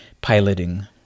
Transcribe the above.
piloting